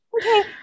Okay